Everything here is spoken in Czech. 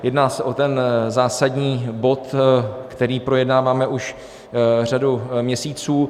Jedná se o ten zásadní bod, který projednáváme už řadu měsíců.